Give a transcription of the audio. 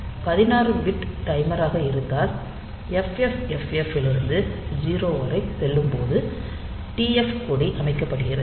16 bit டைமராக இருந்தால் FFFFH இலிருந்து 0 வரை செல்லும் போது TF கொடி அமைக்கப்படுகிறது